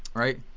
right,